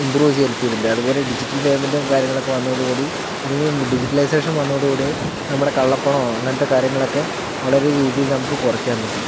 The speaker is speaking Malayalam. ഇംപ്രൂവ് ചെയ്യാൻ ഹെൽപ് ചെയ്തിട്ടുണ്ട് അതുപോലെ ഡിജിറ്റൽ പേയ്മെൻറ്റും കാര്യങ്ങളൊക്കെ വന്നതോടുകൂടി അല്ലെങ്കി ഡിജിറ്റലൈസേഷൻ വന്നതോട്കൂടി നമ്മളാ കള്ളപ്പണമോ അങ്ങനത്തെ കാര്യങ്ങളൊക്കെ വളരെ രീതിയില് നമുക്ക് കുറയ്ക്കാൻ പറ്റി